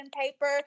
paper